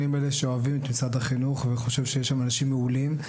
אני מאלה שאוהבים את משרד החינוך וחושב שיש שם אנשים מעולים,